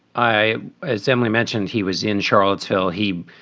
i as emily mentioned, he was in charlottesville. he